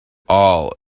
all